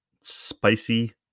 spicy